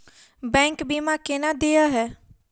Bank बीमा केना देय है?